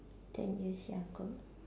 ten years younger